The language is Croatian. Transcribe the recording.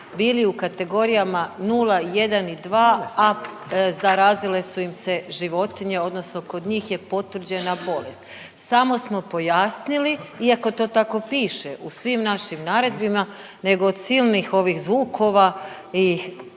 bili u kategorijama 0, 1 i 2, a zarazile su im se životinje odnosno kod njih je potvrđena bolest. Samo smo pojasnili, iako to tako piše u svim našim naredbama, nego od silnih ovih zvukova i